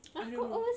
rea~